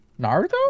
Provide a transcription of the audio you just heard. Naruto